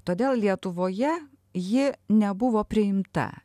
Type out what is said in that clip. todėl lietuvoje ji nebuvo priimta